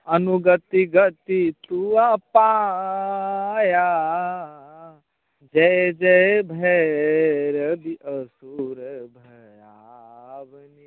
अनुगति गति तुअ पाया जय जय भैरवि असुर भयाउनि